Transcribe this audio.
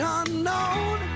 unknown